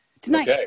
tonight